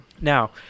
Now